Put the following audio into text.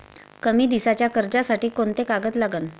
कमी दिसाच्या कर्जासाठी कोंते कागद लागन?